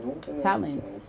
talent